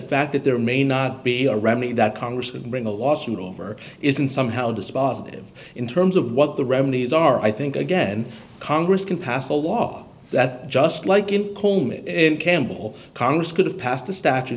fact that there may not be a remedy that congress would bring a lawsuit over isn't somehow dispositive in terms of what the remedies are i think again congress can pass a law that just like in coleman campbell congress could have passed a statute